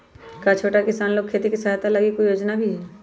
का छोटा किसान लोग के खेती सहायता के लगी कोई योजना भी हई?